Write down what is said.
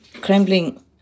Kremlin